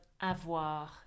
avoir